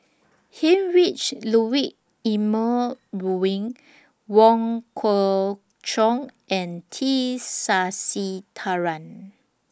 Heinrich Ludwig Emil Luering Wong Kwei Cheong and T Sasitharan